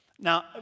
Now